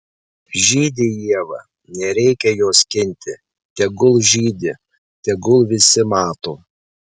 žydi ieva nereikia jos skinti tegul žydi tegul visi mato